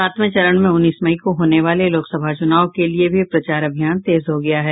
सातवें चरण में उन्नीस मई को होने वाले लोकसभा चूनाव के लिए भी प्रचार अभियान तेज हो गया है